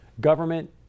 Government